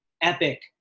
epic